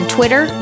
Twitter